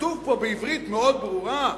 בעברית מאוד ברורה: